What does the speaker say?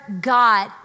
God